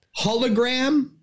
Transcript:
hologram